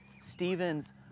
Stephen's